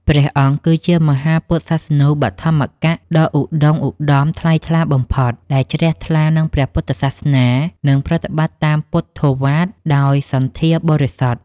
ព្រះអង្គគឺជាមហាពុទ្ធសាសនូបត្ថម្ភកៈដ៏ឧត្ដុង្គឧត្ដមថ្លៃថ្លាបំផុត ដែលជ្រះថ្លានឹងព្រះពុទ្ធសាសនា និងប្រតិបត្តិតាមពុទ្ធោវាទដោយសន្ធាបរិសុទ្ធ។